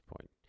point